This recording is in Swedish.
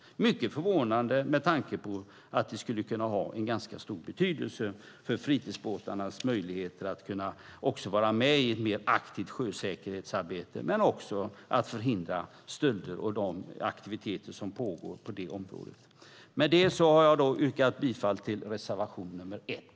Det är mycket förvånande med tanke på att det skulle kunna ha en ganska stor betydelse för fritidsbåtarnas möjligheter att vara med i ett mer aktivt sjösäkerhetsarbete, men också för att förhindra stölder och de aktiviteter som pågår på det området. Med det har jag yrkat bifall till reservation nr 1.